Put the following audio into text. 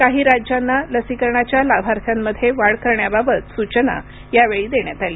काही राज्यांना लसीकरणाच्या लाभार्थ्यांमध्ये वाढ करण्याबाबत सूचना यावेळी देण्यात आली